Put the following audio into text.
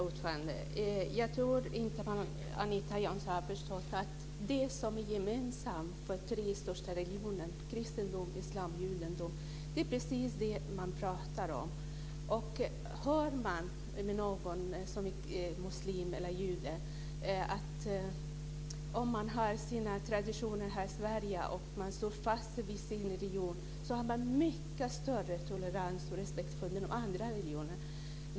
Herr talman! Jag tror inte att Anita Jönsson har förstått att det som är gemensamt för de tre största religionerna - kristendom, islam och judendom - är precis det man talar om. Hör man med någon som är muslim eller jude anser de att om man står fast vid sina traditioner här i Sverige och sin religion har man mycket större tolerans och respekt för andra religioner.